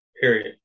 Period